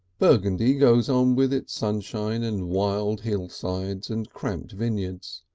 burgundy goes on with its sunshine and wide hillsides and cramped vineyards,